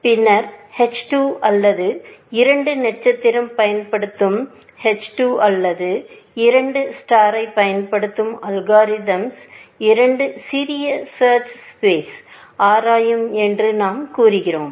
பின்னர் h 2 அல்லது 2 நட்சத்திரத்தைப் பயன்படுத்தும் h 2 அல்லது 2 நட்சத்திரத்தைப் பயன்படுத்தும் அல்காரிதம்ஸ் 2 சிறிய சர்ச் ஸ்பேஸை ஆராயும் என்று நாம் கூறினோம்